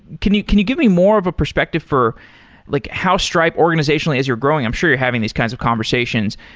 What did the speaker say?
can you can you give me more of a perspective for like how stripe organizationally as you're growing, i'm sure you're having these kinds of conversations,